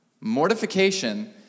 Mortification